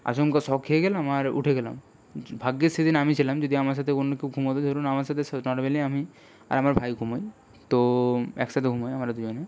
আচমকা শক খেয়ে গেলাম আর উঠে গেলাম ভাগ্যিস সেদিন আমি ছিলাম যদি আমার সাথে অন্য কেউ ঘুমাতো ধরুন আমার সাথে শো নরমালি আমি আর আমার ভাই ঘুমোই তো একসাথে ঘুমাই আমরা দুজনে